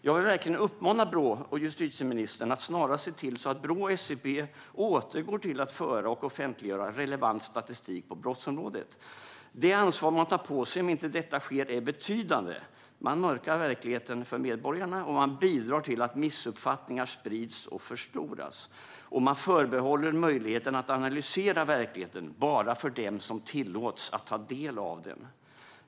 Jag vill verkligen uppmana Brå och justitieministern att snarast se till att Brå och SCB återgår till att föra och offentliggöra relevant statistik på brottsområdet. Det ansvar man tar på sig om inte detta sker är betydande. Man mörkar verkligheten för medborgarna, och man bidrar till att missuppfattningar sprids och förstoras. Och man förbehåller endast dem som tillåts att ta del av verkligheten möjligheten att analysera den.